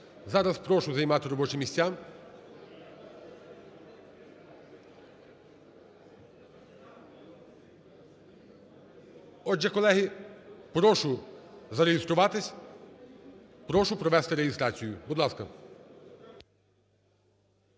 Зараз прошу займати робочі місця. Отже, колеги, прошу зареєструватися. Прошу провести реєстрація. Будь ласка.